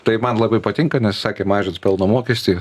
tai man labai patinka nes sakė mažins pelno mokestį